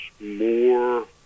more